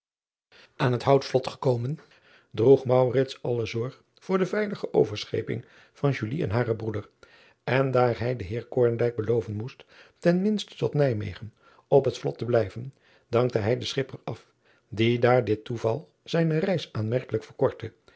an het outvlot gekomen droeg alle zorg voor de veilige overscheping van en haren broeder en daar hij den eer beloven moest ten minste tot ijmegen op het vlot te blijven dankte hij den chipper af die daar dit toeval zijne reis aanmerkelijk verkortte